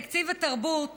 תקציב התרבות